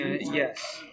Yes